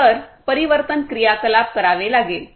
नंतर परिवर्तन क्रियाकलाप करावे लागतील